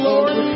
Lord